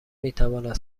میتواند